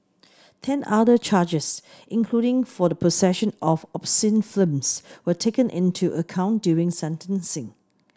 ten other charges including for the possession of obscene films were taken into account during sentencing